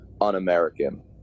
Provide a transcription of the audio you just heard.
un-American